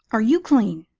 are you clean?